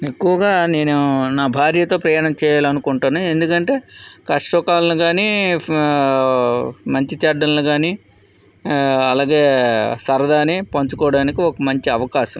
ఎక్కువగా నేను నా భార్యతో ప్రయాణం చేయాలనుకుంటాను ఎందుకంటే కష్టసుఖాలు కాని మంచి చెడ్డల్ని కాని అలాగే సరదానీ పంచుకోవడానికి ఒక మంచి అవకాశం